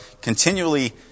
continually